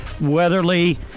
Weatherly